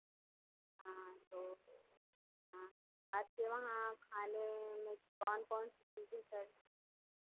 हाँ तो हाँ आपके वहाँ खाने में कौन कौन सी चीज़ें सर्व